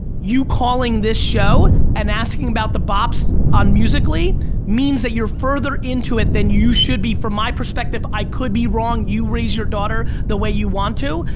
you calling this show and asking about the bots on musical ly means that you're further into it than you should be from my perspective, i could be wrong, you raise your daughter the way you want to,